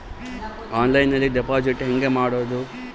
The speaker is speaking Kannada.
ಆನ್ಲೈನ್ನಲ್ಲಿ ಡೆಪಾಜಿಟ್ ಹೆಂಗ್ ಮಾಡುದು?